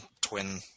twin